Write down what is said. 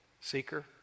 Seeker